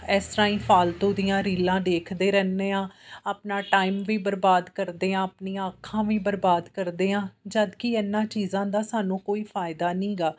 ਇਸ ਤਰ੍ਹਾਂ ਹੀ ਫਾਲਤੂ ਦੀਆਂ ਰੀਲਾਂ ਦੇਖਦੇ ਰਹਿੰਦੇ ਹਾਂ ਆਪਣਾ ਟਾਈਮ ਵੀ ਬਰਬਾਦ ਕਰਦੇ ਹਾਂ ਆਪਣੀਆਂ ਅੱਖਾਂ ਵੀ ਬਰਬਾਦ ਕਰਦੇ ਹਾਂ ਜਦੋਂ ਕਿ ਇਹਨਾਂ ਚੀਜ਼ਾਂ ਦਾ ਸਾਨੂੰ ਕੋਈ ਫ਼ਾਇਦਾ ਨਹੀਂ ਗਾ